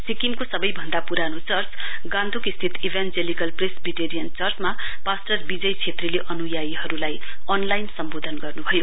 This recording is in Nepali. सिक्किमको सवैभन्दा पुरानो चर्च गान्तोक स्थित ईभानजेलिकल प्रेसविटेरियन चर्चामा पास्टर विजय छेत्रीले अनुयायीहरुलाई अनलाइन सम्बोधन गर्नुभयो